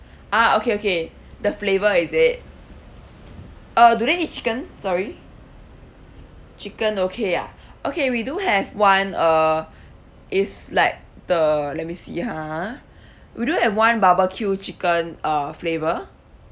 ah okay okay the flavour is it uh do they eat chicken sorry chicken okay ya okay we do have one uh it's like the let me see ha we do have one barbecue chicken uh flavour